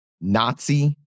Nazi